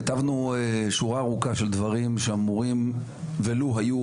כתבנו שורה ארוכה של דברים שאמורים ולו היו